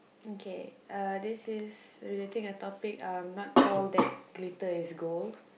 okay uh this is relating a topic uh not all that glitter is gold